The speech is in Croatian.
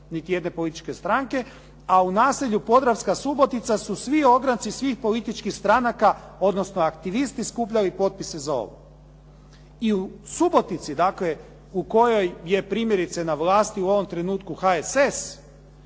niti jedne političke stranke. A u naselju Podravska Subotica su svi ogranci svih političkih stranaka, odnosno aktivisti skupljaju potpise za ovo. I u Subotici dakle u kojoj je primjerice na vlasti u ovom trenutku HSS